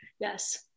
Yes